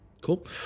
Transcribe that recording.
cool